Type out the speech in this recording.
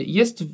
jest